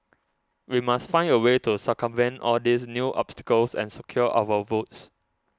we must find a way to circumvent all these new obstacles and secure our votes